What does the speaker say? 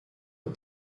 aux